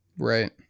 Right